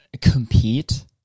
compete